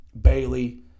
Bailey